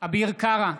אביר קארה,